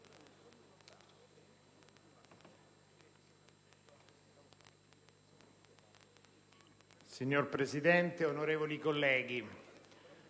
Signora Presidente, onorevoli colleghi,